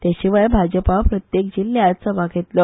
ते शिवाय भाजपा प्रत्येक जिल्ल्यात सभा घेतलो